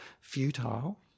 futile